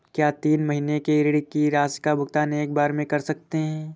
क्या तीन महीने के ऋण की राशि का भुगतान एक बार में कर सकते हैं?